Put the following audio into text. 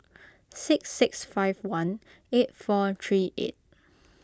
six six five one eight four three eight